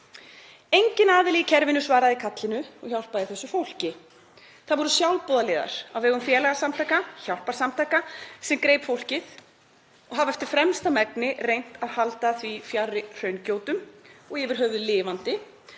Enginn aðili í kerfinu svaraði kallinu og hjálpaði þessu fólki. Það voru sjálfboðaliðar á vegum félagasamtaka og hjálparsamtaka sem gripu fólkið og hafa eftir fremsta megni reynt að halda því fjarri hraungjótum og yfir höfuð lifandi